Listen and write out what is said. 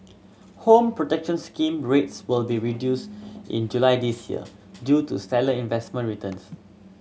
Home Protection Scheme rates will be reduced in July this year due to stellar investment returns